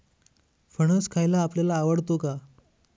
फणस खायला आपल्याला आवडतो का?